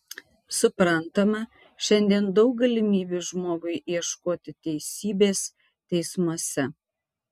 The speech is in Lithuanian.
suprantama šiandien daug galimybių žmogui ieškoti teisybės teismuose